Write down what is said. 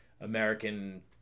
American